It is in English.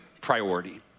priority